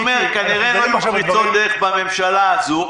הוא אומר: "כנראה לא יהיו פריצת דרך בממשלה הזו",